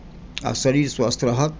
आ शरीर स्वस्थ रहत